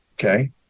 Okay